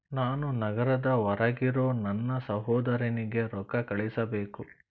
ನಾನು ನಗರದ ಹೊರಗಿರೋ ನನ್ನ ಸಹೋದರನಿಗೆ ರೊಕ್ಕ ಕಳುಹಿಸಬೇಕು